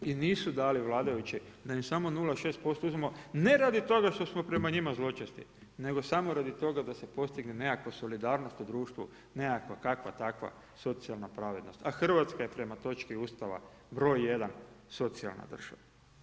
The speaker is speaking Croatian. I nisu dali vladajući da im samo 0,6% uzmemo, ne radi toga što smo prema njima zločesti, nego samo radi toga da se postigne nekakva solidarnost u društvu, nekakva kakva takva socijalna pravednost, a Hrvatska je prema točki Ustava broj jedan socijalna država.